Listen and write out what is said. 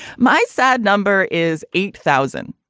my sad number is eight thousand.